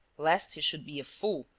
lest he should be a fool,